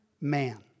man